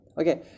okay